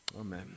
Amen